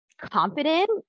confident